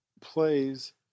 plays